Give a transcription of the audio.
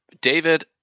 David